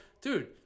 dude